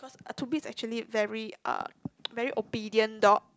cause Tobi is actually very uh very obedient dog